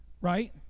Right